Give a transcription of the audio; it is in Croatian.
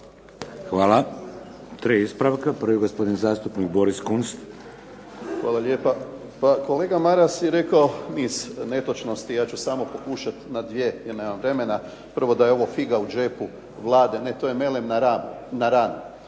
Hvala. Tri ispravka. Prvi gospodin zastupnik Boris Kunst. **Kunst, Boris (HDZ)** Hvala lijepa. Pa kolega Maras je rekao niz netočnosti. Ja ću samo pokušat na dvije jer nemam vremena. Prvo, da je ovo figa u džepu Vlade. Ne, to je melem na ranu.